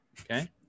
okay